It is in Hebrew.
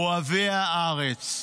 אוהבי הארץ,